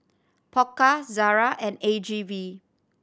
Pokka Zara and A G V